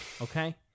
Okay